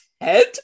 head